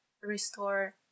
restore